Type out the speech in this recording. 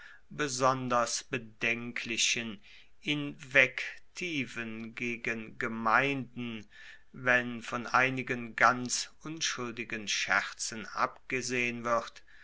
besonders bedenklichen invektiven gegen gemeinden wenn von einigen ganz unschuldigen scherzen abgesehen wird